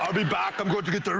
ah be back and good to get